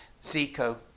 Zico